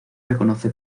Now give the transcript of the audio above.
reconoce